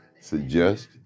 suggest